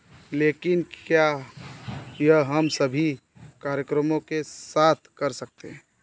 लेकिन क्या यह हम सभी कार्यक्रमों के साथ कर सकते हैं